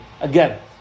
Again